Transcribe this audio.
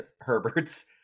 Herbert's